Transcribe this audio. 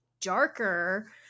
darker